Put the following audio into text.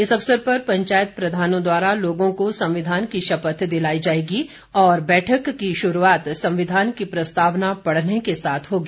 इस अवसर पर पंचायत प्रधानों द्वारा लोगों को संविधान की शपथ दिलाई जाएगी और बैठक की शुरूआत संविधान की प्रस्तावना पढ़ने के साथ होगी